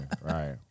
right